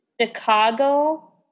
Chicago